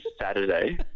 Saturday